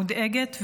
מודאגת,